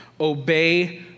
obey